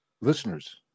listeners